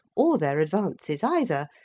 or their advances either,